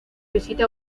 visita